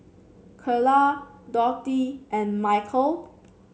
Karla Dorthey and Michal